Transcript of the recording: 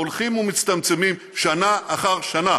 הולכים ומצטמצמים שנה אחר שנה.